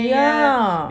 yeah